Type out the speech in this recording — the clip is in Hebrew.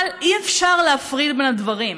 אבל אי-אפשר להפריד בין הדברים.